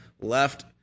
left